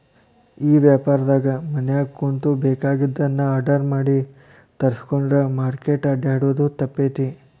ಈ ವ್ಯಾಪಾರ್ದಾಗ ಮನ್ಯಾಗ ಕುಂತು ಬೆಕಾಗಿದ್ದನ್ನ ಆರ್ಡರ್ ಮಾಡಿ ತರ್ಸ್ಕೊಂಡ್ರ್ ಮಾರ್ಕೆಟ್ ಅಡ್ಡ್ಯಾಡೊದು ತಪ್ತೇತಿ